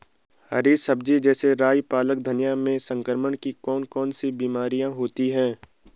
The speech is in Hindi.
हरी सब्जी जैसे राई पालक धनिया में संक्रमण की कौन कौन सी बीमारियां होती हैं?